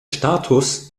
status